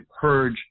purge